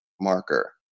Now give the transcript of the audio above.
marker